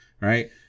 right